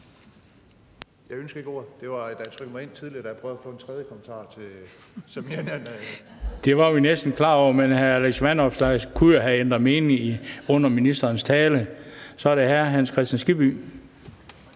Det var vi næsten klar over, men hr. Alex Vanopslagh kunne jo have ændret mening under ministerens tale. Så er det hr. Hans Kristian Skibby.